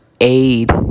aid